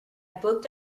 booked